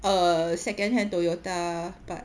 err second hand Toyota but